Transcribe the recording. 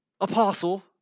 apostle